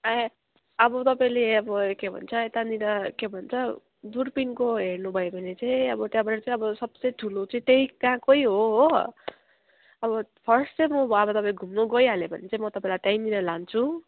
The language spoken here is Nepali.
ए अब तपाईँले अब ए के भन्छ यतानिर के भन्छ दुर्पिनको हेर्नुभयो भने चाहिँ अब त्यहाँबाट चाहिँ अब सबसे ठुलो चाहिँ त्यही त्यहाँकै हो हो अब फर्स्ट चाहिँ म अब तपाईँको गइहालेँ भने चाहिँ तपाईँलाई त्यहीँनिर लान्छु